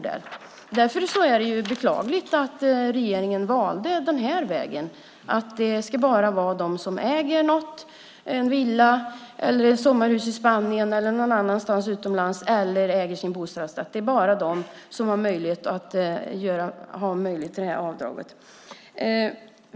Därför är det beklagligt att regeringen valde vägen att det bara är de som äger något - en villa, ett sommarhus utomlands eller en bostadsrätt - som har möjlighet till detta avdrag.